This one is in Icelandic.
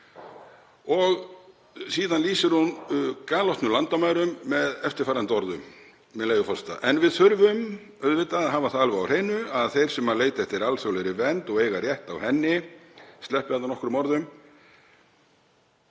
Síðan lýsir hún galopnum landamærum með eftirfarandi orðum, með leyfi forseta: „En við þurfum auðvitað að hafa það alveg á hreinu að þeir sem leita eftir alþjóðlegri vernd og eiga rétt á henni […]“— ég sleppi þarna úr nokkrum orðum